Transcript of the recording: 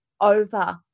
over